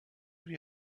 wie